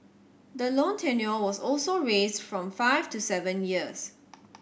the loan tenure was also raised from five to seven years